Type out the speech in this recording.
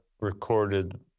recorded